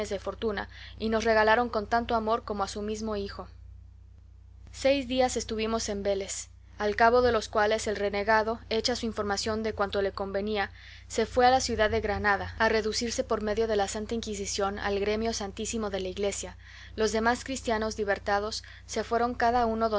fortuna y nos regalaron con tanto amor como a su mismo hijo seis días estuvimos en vélez al cabo de los cuales el renegado hecha su información de cuanto le convenía se fue a la ciudad de granada a reducirse por medio de la santa inquisición al gremio santísimo de la iglesia los demás cristianos libertados se fueron cada uno